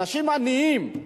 אנשים עניים,